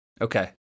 Okay